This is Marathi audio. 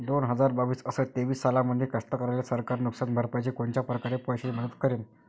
दोन हजार बावीस अस तेवीस सालामंदी कास्तकाराइले सरकार नुकसान भरपाईची कोनच्या परकारे पैशाची मदत करेन?